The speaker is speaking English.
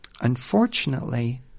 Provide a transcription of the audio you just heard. Unfortunately